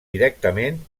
directament